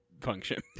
function